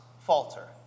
falter